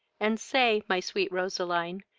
and say, my sweet roseline,